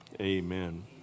Amen